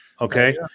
Okay